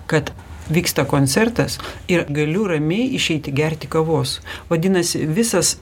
kad vyksta koncertas ir galiu ramiai išeiti gerti kavos vadinasi visas